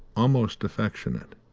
almost affectionate.